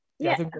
Yes